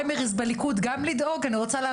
שאנחנו הצענו למשוך את כל ההסתייגויות שלנו כדי שהיא